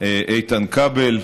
איתן כבל,